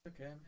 Okay